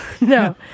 No